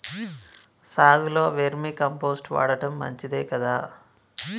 సాగులో vermicompost వాడటం మంచిదే కదా?